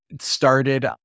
started